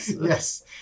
Yes